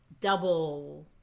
double